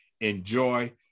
enjoy